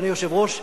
אדוני היושב-ראש,